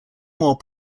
more